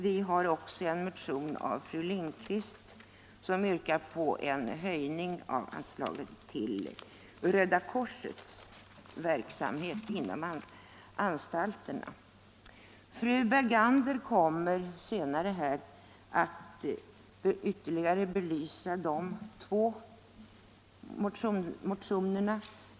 Vi har också en motion av fru Lindquist som yrkar på en höjning av anslet till Röda korsets verksamhet inom anstalterna. Fru Bergander kommer senare att ytterligare belysa de två motionerna.